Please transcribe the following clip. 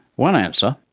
one answer,